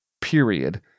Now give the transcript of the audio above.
period